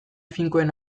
finkoen